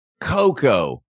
Coco